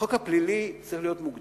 החוק הפלילי צריך להיות מוגדר,